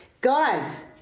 Guys